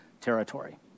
territory